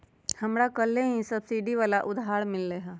हमरा कलेह ही सब्सिडी वाला उधार मिल लय है